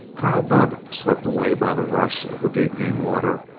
colonel budd, swept away by the rush of the deepening water,